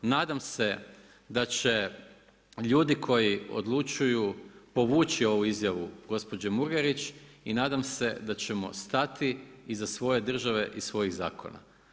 Nadam se da će ljudi koji odlučuju povući ovu izjavu gospođe Murganić i nadam se da ćemo stati iza svoje države i svojih zakona.